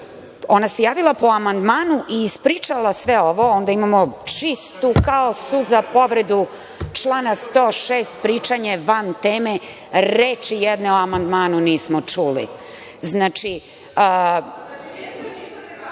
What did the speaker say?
ona javila po amandmanu i ispričala sve ovo, onda imamo čistu kao suza povredu člana 106. pričanje van teme, reči jedne o amandmanu nismo čuli. Znači,…(Marija